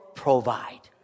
provide